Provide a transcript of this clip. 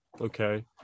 okay